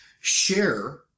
Share